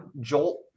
Jolt